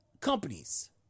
companies